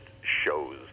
shows